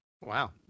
Wow